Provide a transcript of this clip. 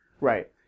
Right